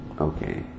Okay